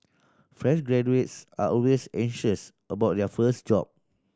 fresh graduates are always anxious about their first job